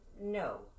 no